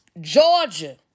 Georgia